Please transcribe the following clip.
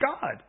God